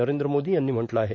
नरेंद्र मोदी यांनी म्हटलं आहे